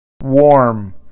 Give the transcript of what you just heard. Warm